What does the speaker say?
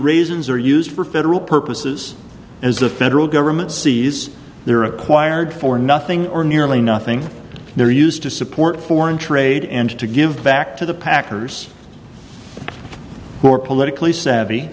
reasons are used for federal purposes as the federal government sees their acquired for nothing or nearly nothing there used to support foreign trade and to give back to the packers who are politically savvy